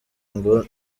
ngo